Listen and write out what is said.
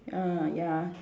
ah ya